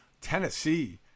Tennessee